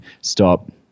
stop